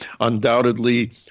undoubtedly